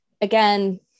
Again